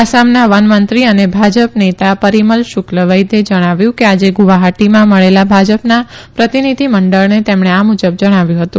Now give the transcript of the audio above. આસામના વન મંત્રી અને ભાજપ નેતા પરીમલ શુકવૈદ્યે જણાવ્યું કે આજે ગુવાહાટીમાં મળેલા ભાજપના પ્રતિનિધિ મંડળને તેમણે આ મુજબ જણાવ્યું હતું